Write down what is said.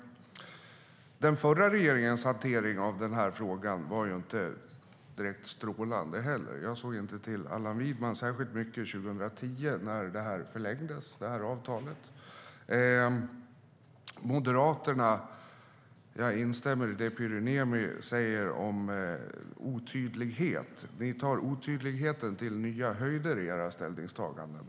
Den förra regeringens hantering av frågan var inte heller direkt strålande. Jag såg inte till Allan Widman särskilt mycket 2010 när avtalet förlängdes. När det gäller Moderaterna instämmer jag i det som Pyry Niemi säger om otydlighet. Ni tar otydligheten till nya höjder i era ställningstaganden.